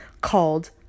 called